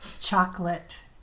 Chocolate